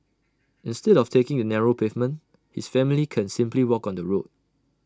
instead of taking the narrow pavement his family can simply walk on the road